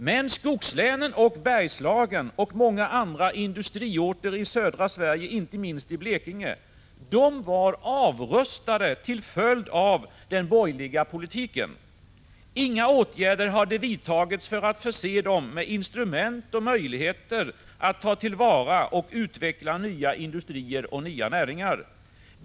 Men skogslänen, Bergslagen och många industriorter i södra Sverige, inte minst i Blekinge, var avrustade till följd av den borgerliga politiken. Inga åtgärder hade vidtagits för att förse dem med instrument och möjligheter att ta till vara och utveckla nya industrier och nya näringar.